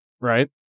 Right